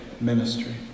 ministry